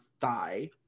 thigh